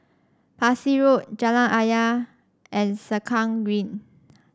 Parsi Road Jalan Ayer and Sengkang Green